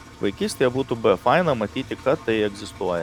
vaikystėje būtų buvę faina matyti kad tai egzistuoja